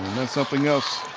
that's something else